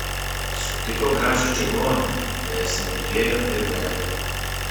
sutiko gražią čigonę ją įsimylėjo ir vedė